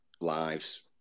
lives